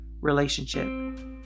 relationship